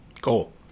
Cool